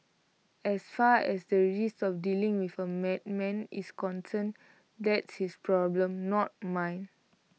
as far as the risk of dealing with A madman is concerned that's his problem not mine